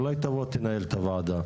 אולי תבוא תנהל את הוועדה.